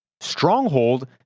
stronghold